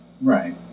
Right